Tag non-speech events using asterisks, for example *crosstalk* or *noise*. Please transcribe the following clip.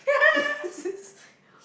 *laughs*